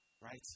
right